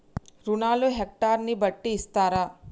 రుణాలు హెక్టర్ ని బట్టి ఇస్తారా?